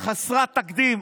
חסרת תקדים,